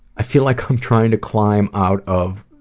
i feel like i'm trying to climb out of